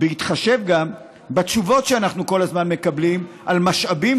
בהתחשב גם בתשובות שאנחנו כל הזמן מקבלים על משאבים